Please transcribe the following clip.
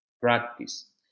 practice